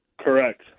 Correct